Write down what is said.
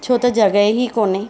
छो त जॻह ई कोन्हे